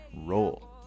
roll